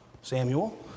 Samuel